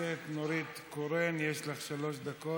הכנסת נורית קורן, יש לך שלוש דקות.